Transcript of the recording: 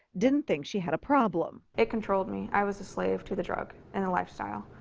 didn't think she had a problem. it controlled me. i was a slave to the drug and the lifestyle,